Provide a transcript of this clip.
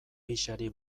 pixari